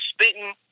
spitting